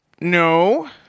No